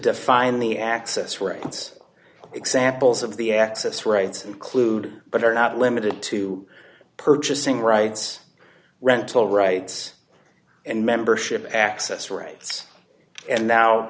define the access rights examples of the access rights include but are not limited to purchasing rights rental rights and membership access rights and now